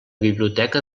biblioteca